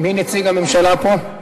מי נציג הממשלה פה?